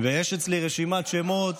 ויש אצלי רשימת שמות באמת,